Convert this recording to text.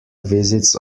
visits